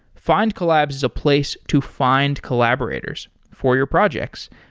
findcollabs is a place to find collaborators for your projects,